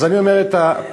אז אני אומר את ה-71.